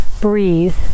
breathe